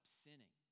sinning